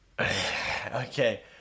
Okay